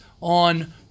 on